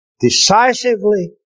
decisively